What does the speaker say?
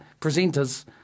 presenters